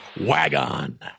wagon